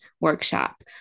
workshop